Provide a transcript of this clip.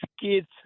kids